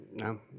No